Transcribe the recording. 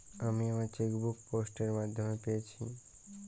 আমি আমার chequebook post এর মাধ্যমে পেয়েছি